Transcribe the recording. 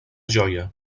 joia